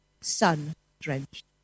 sun-drenched